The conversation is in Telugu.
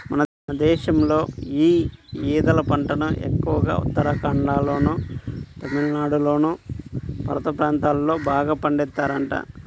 మన దేశంలో యీ ఊదల పంటను ఎక్కువగా ఉత్తరాఖండ్లోనూ, తమిళనాడులోని పర్వత ప్రాంతాల్లో బాగా పండిత్తన్నారంట